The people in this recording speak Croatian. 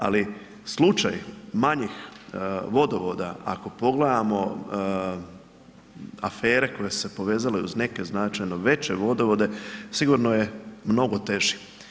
Ali slučaj manjih vodovoda, ako pogledamo afere koje su se povezale uz neke značajno veće vodovode, sigurno je mnogo teži.